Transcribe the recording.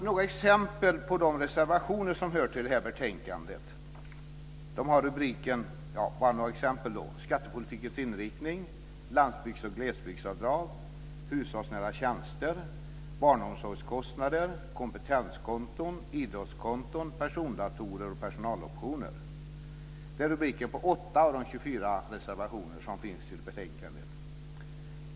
Några exempel på de reservationer som hör till det här betänkandet: "Skattepolitikens inriktning", "Landsbygds och glesbygdsavdrag", "Persondatorer..." och "Personaloptioner". Det är rubriker på 8 av de 24 reservationer som finns i betänkandet.